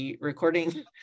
recording